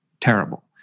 terrible